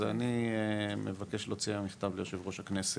אז אני מבקש להוציא היום מכתב ליושב ראש הכנסת,